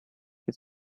his